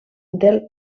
del